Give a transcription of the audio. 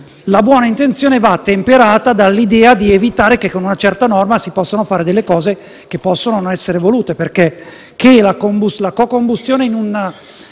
La buona intenzione va quindi temperata dall'idea di evitare che con una certa norma si possano fare delle cose che potrebbero non essere volute. Che la co-combustione in un